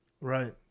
Right